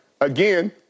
again